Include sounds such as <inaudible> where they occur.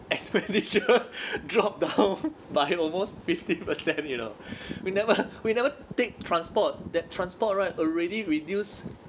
expenditure <laughs> <breath> dropped down by almost fifty percent you know <breath> we never we never take transport that transport right already reduced